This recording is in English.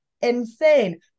insane